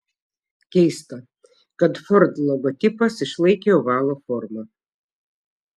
keista kad ford logotipas išlaikė ovalo formą